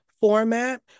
format